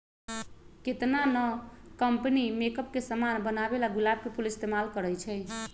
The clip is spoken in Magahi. केतना न कंपनी मेकप के समान बनावेला गुलाब के फूल इस्तेमाल करई छई